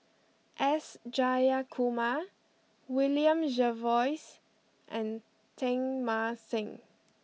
S Jayakumar William Jervois and Teng Mah Seng